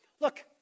look